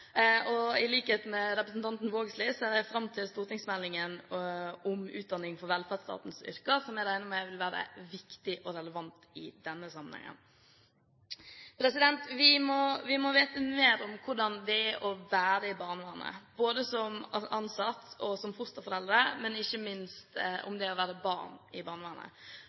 i barnevernet. I likhet med representanten Vågslid ser jeg fram til stortingsmeldingen om utdanning for velferdsstatens yrker, som jeg regner med vil være viktig og relevant i denne sammenhengen. Vi må vite mer om hvordan det er å være i barnevernet, både som ansatt og som fosterforeldre, men ikke minst om det å være barn i barnevernet. Det er altså første gang at noen har spurt barna i barnevernet